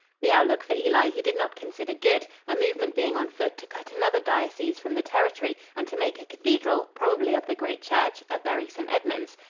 the outlook for ely he did not consider good, a movement being on foot to cut another diocese from the territory and to make a cathedral, probably of the great church, at bury st. edmunds.